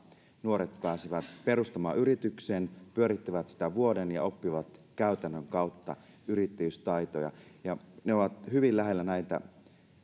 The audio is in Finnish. nuoret pääsevät perustamaan yrityksen pyörittävät sitä vuoden ja oppivat käytännön kautta yrittäjyystaitoja ja ne ovat hyvin lähellä